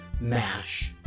MASH